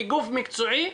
כגוף מקצועי,